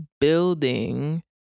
building